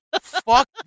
Fuck